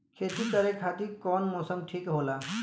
खेती करे खातिर कौन मौसम ठीक होला?